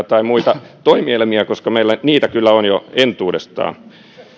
tai muita toimielimiä koska meillä niitä kyllä on jo entuudestaan